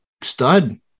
stud